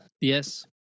Yes